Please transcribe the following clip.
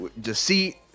Deceit